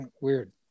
weird